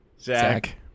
Zach